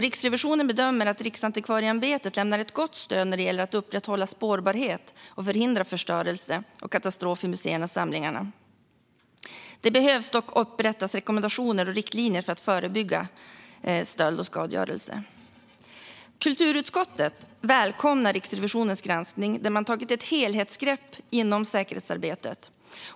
Riksrevisionen bedömer att Riksantikvarieämbetet lämnar ett gott stöd när det gäller att upprätthålla spårbarhet och förhindra förstörelse och katastrof i museernas samlingar. Det behöver dock upprättas rekommendationer och riktlinjer för att förebygga stöld och skadegörelse. Kulturutskottet välkomnar Riksrevisionens granskning, där man har tagit ett helhetsgrepp inom säkerhetsarbetet.